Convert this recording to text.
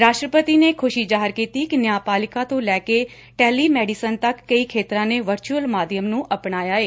ਰਾਸ਼ਟਰਪਤੀ ਨੇ ਖੁਸ਼ੀ ਜ਼ਾਹਿਰ ਕੀਤੀ ਕਿ ਨਿਆਂਪਾਲਿਕਾ ਤੋਂ ਲੈਂ ਕੇ ਟੈਲੀਮੇਡੀਸਨ ਤੱਕ ਕਈ ਖੇਤਰਾਂ ਨੇ ਵਰਚੁਅਲ ਮਾਧਿਅਮ ਨੁੰ ਅਪਣਾਇਆ ਏ